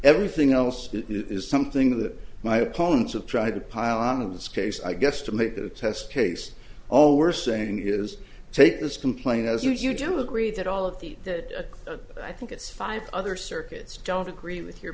everything else is something that my opponents of trying to pile on of this case i guess to make it a test case all we're saying is take this complaint as you do agree that all of these that i think it's five other circuits don't agree with your